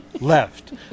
left